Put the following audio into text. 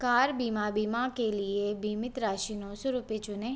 car बीमा बीमा के लिए बीमित राशि नौ सौ रुपये चुनें